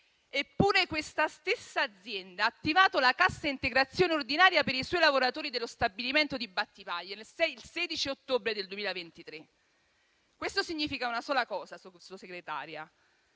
Eppure, questa stessa azienda ha attivato la cassa integrazione ordinaria per i suoi lavoratori dello stabilimento di Battipaglia il 16 ottobre del 2023. Questo significa una sola cosa, Sottosegretaria: